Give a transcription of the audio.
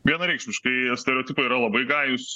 vienareikšmiškai stereotipai yra labai gajūs